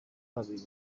kabiri